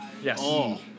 Yes